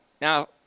Now